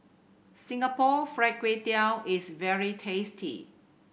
Singapore Fried Kway Tiao is very tasty